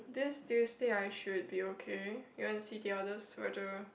this Tuesday I should be okay you want see the others whether